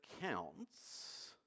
counts